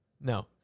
No